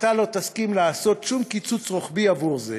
אתה לא תסכים לעשות שום קיצוץ רוחבי עבור זה.